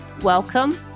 Welcome